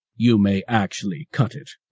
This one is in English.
you may actually cut it.